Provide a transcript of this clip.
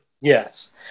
Yes